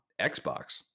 xbox